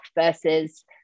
versus